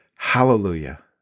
Hallelujah